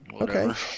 Okay